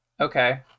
Okay